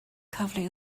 cyfle